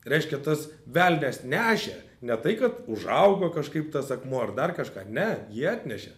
reiškia tas velnias nešė ne tai kad užaugo kažkaip tas akmuo ar dar kažką ne jį atnešė